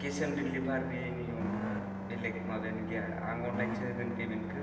case on डिलिभारिनि अनगा बेलेक माबायानो गैया आं अनलाइनसो होगोन पेमेन्टखौ